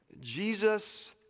Jesus